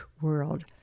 world